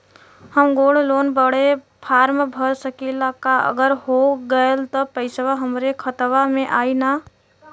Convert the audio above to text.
हम gold loan बड़े form भर सकी ला का अगर हो गैल त पेसवा हमरे खतवा में आई ना?